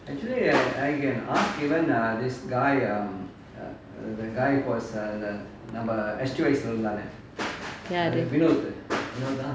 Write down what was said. யாரு:yaaru